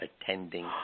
attending